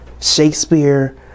Shakespeare